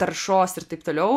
taršos ir taip toliau